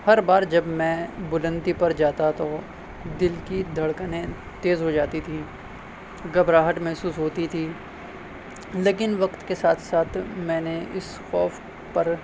ہر بار جب میں بلندی پر جاتا تو دل کی دھڑکنیں تیز ہو جاتی تھیں گبراہٹ محسوس ہوتی تھی لیکن وکت کے ساتھ ساتھ میں نے اس خوف پر